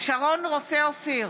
רופא אופיר,